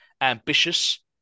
ambitious